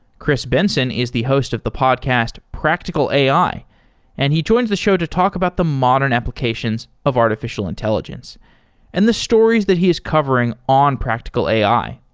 chris benson is the host of the podcast practical ai and he joins the show to talk about the modern applications of artificial intelligence and the stories that he is covering on practical ai.